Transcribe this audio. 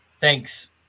thanks